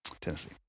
Tennessee